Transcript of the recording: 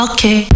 Okay